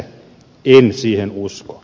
en siihen usko